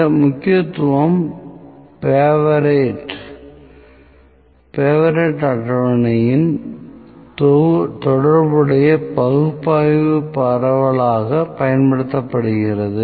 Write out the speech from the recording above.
இந்த முக்கியத்துவம் பைவேரியட் அட்டவணையின் தொடர்புடைய பகுப்பாய்வு பரவலாகப் பயன்படுத்தப்படுகிறது